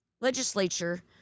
legislature